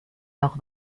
noch